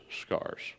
scars